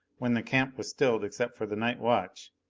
when the camp was stilled except for the night watch,